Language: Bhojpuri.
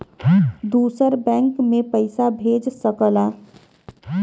दूसर बैंक मे पइसा भेज सकला